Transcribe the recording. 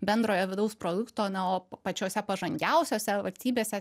bendrojo vidaus produkto na o pačiose pažangiausiose valstybėse